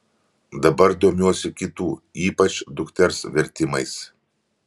dabar domiuosi kitų ypač dukters vertimais